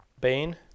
bain